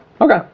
Okay